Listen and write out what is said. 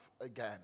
again